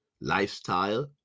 lifestyle